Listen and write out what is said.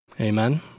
Amen